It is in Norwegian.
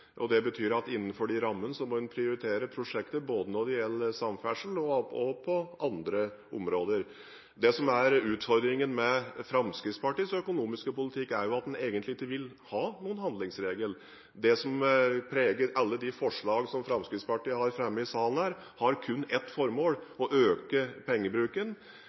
Det betyr at innenfor de rammene må en prioritere prosjekter både når det gjelder samferdsel og på andre områder. Det som er utfordringen med Fremskrittspartiets økonomiske politikk, er at de egentlig ikke vil ha noen handlingsregel. Det som preger alle de forslag som Fremskrittspartiet har fremmet i denne salen, har kun ett formål: å øke pengebruken,